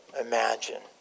imagine